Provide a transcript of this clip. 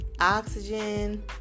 Oxygen